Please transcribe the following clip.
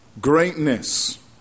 greatness